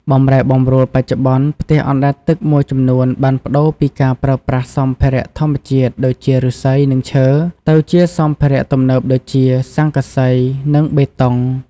បម្រែបម្រួលបច្ចុប្បន្ន ផ្ទះអណ្ដែតទឹកមួយចំនួនបានប្ដូរពីការប្រើប្រាស់សម្ភារៈធម្មជាតិដូចជាឫស្សី និងឈើ ទៅជាសម្ភារៈទំនើបដូចជា ស័ង្កសី និងបេតុង។